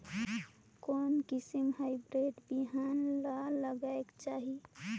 कोन किसम हाईब्रिड बिहान ला लगायेक चाही?